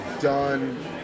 done